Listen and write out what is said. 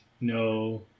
No